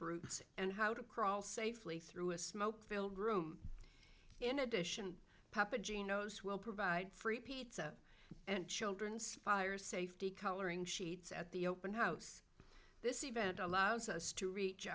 routes and how to crawl safely through a smoke filled room in addition papa gino's will provide free pizza and children's fire safety coloring sheets at the open house this event allows us to reach